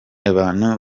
abantu